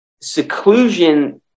seclusion